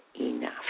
enough